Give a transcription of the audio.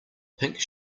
pink